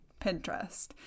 pinterest